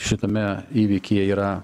šitame įvykyje yra